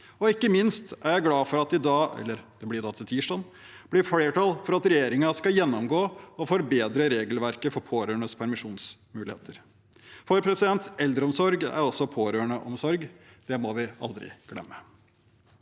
Ikke minst er jeg glad for at det på tirsdag blir flertall for at regjeringen skal gjennomgå og forbedre regelverket for pårørendes permisjonsmuligheter. Eldreomsorg er også pårørendeomsorg; det må vi aldri glemme.